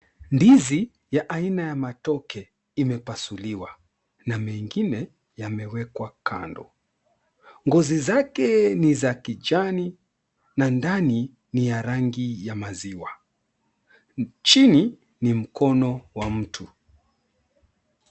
Ndizi ya aina ya matoke imepasuliwa na mengine yamewekwa kando. Ngozi zake ni za kijani na ndani ni ya rangi ya maziwa. Chini ni mkono wa mtu.